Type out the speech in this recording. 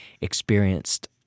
experienced